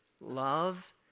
Love